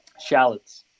shallots